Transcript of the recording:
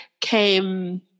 came